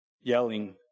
yelling